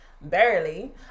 barely